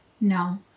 No